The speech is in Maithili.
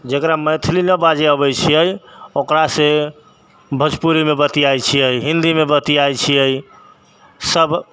जकरा मैथिली नहि बाजै आबै छियै ओकरासँ भोजपुरीमे बतियाइ छियै हिन्दीमे बतियाइ छियै सब